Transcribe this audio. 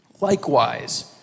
Likewise